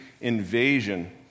invasion